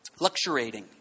Luxurating